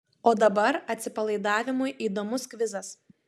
o dabar atsipalaidavimui įdomus kvizas